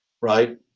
right